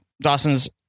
Dawson's